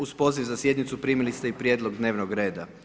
Uz poziv za sjednicu, primili ste i prijedlog dnevnog reda.